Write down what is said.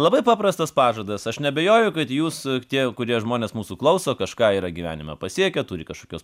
labai paprastas pažadas aš neabejoju kad jūs tie kurie žmonės mūsų klauso kažką yra gyvenime pasiekę turi kažkokios